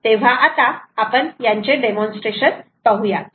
तेव्हा आता आपण यांचे डेमॉन्स्ट्रेशन पाहूयात